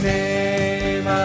name